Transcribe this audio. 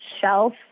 shelf